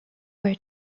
were